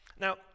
Now